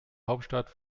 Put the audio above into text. hauptstadt